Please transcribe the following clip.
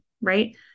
right